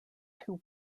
two